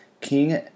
King